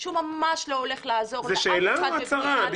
שהוא ממש לא הולך לעזוב --- זו שאלה או הצהרה?